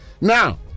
Now